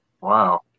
Wow